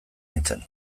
nintzen